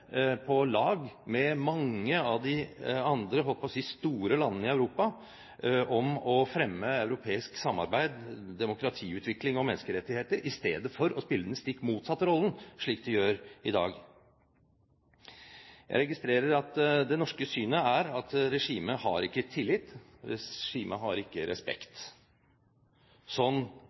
på lag med mange av de andre – jeg holdt på å si – store landene i Europa for å fremme europeisk samarbeid, demokratiutvikling og menneskerettigheter, i stedet for å spille den stikk motsatte rollen, slik de gjør i dag. Jeg registrerer at det norske synet er at regimet ikke har tillit, regimet har ikke respekt. Sånn